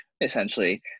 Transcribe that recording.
essentially